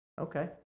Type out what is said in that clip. okay